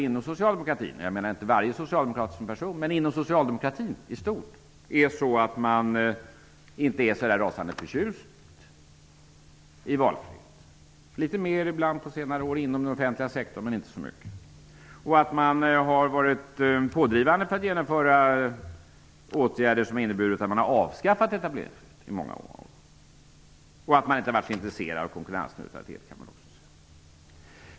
Inom socialdemokratin -- det gäller inte varje socialdemokrat som person men inom socialdemokratin i stort -- är man inte så rasande förtjust i valfrihet inom den offentliga sektorn; man har varit det litet mer ibland på senare år, men ändå inte så mycket. Man har många gånger varit pådrivande för att genomföra åtgärder som har inneburit att man har avskaffat etableringsfrihet. Man har inte varit så intresserad av konkurrensneutralitet.